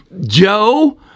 Joe